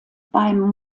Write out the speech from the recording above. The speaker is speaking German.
beim